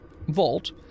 Vault